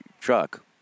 truck